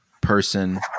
person